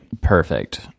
Perfect